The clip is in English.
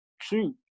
true